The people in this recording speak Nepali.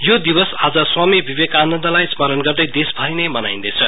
यो दिवस आज स्वामी विवेकानन्दलाई स्मरण गर्दै देशभरि ने मनाइन्दैछ